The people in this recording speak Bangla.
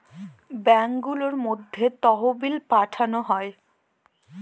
ব্যাঙ্কগুলোর মধ্যে তহবিল পাঠানো হয়